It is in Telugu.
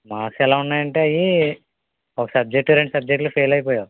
మార్క్స్ ఎలా ఉన్నాయంటే అవి ఒక సబ్జెక్ట్ రెండు సబ్జెక్టులు ఫెయిల్ అయిపోయావు